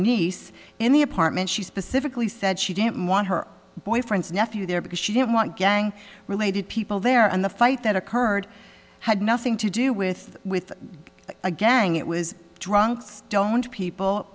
niece in the apartment she specifically said she didn't want her boyfriend's nephew there because she didn't want gang related people there and the fight that occurred had nothing to do with with a gang it was drunk